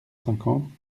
cinquante